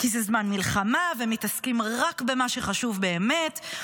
כי זה זמן מלחמה ומתעסקים רק במה שחשוב באמת,